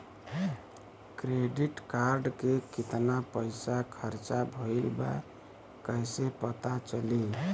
Credit card के कितना पइसा खर्चा भईल बा कैसे पता चली?